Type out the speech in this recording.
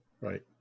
Right